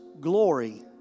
glory